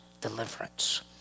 deliverance